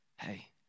hey